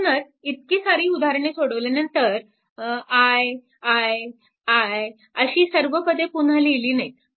म्हणूनच इतकी सारी उदाहरणे सोडवल्यानंतर i i i अशी सर्व पदे पुन्हा लिहिली नाहीत